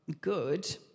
good